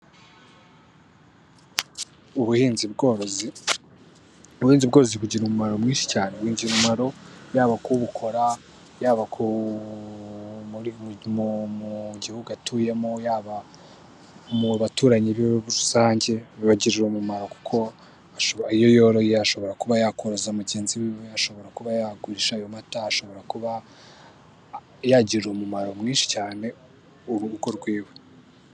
Ubuhinzi bworozi, ubuhinzi bworozi bugira umumaro mwinshi cyane, bugira umumaro yaba ku ubukora, yaba ku gihugu atuyemo, yaba mu baturanyi be rusange, bibagirira umumaro kuko iyo yoroye ashobora kuba yakoroza mugenzi we, ashobora kuba yagurisha ayo mata, ashobora kuba yagirira umumaro mwinshi cyane urugo rw'iwe.